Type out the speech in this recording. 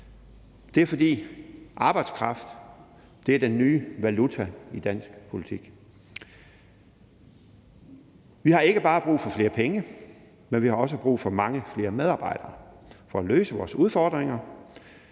Det er, fordi arbejdskraft er den nye valuta i dansk politik. Vi har ikke bare brug for flere penge, vi har også brug for mange flere medarbejdere for at løse vores udfordringer.